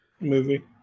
Movie